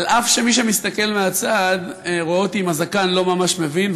אף שמי שמסתכל מהצד רואה אותי עם הזקן לא ממש מבין,